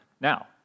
Now